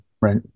Right